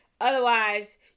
Otherwise